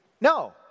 No